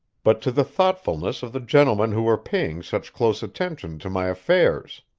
but to the thoughtfulness of the gentlemen who were paying such close attention to my affairs.